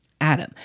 Adam